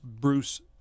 Bruce